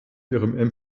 ihrem